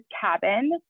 cabin